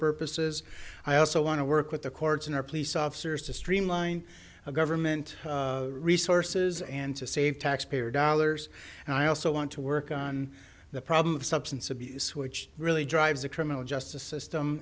purposes i also want to work with the courts and our police officers to streamline government resources and to save taxpayer dollars and i also want to work on the problem of substance abuse which really drives a criminal justice system